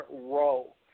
role